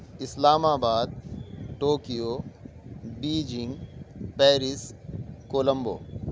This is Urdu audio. اسلام آباد ٹوکیو بیجنگ پیرس کولمبو